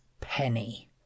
penny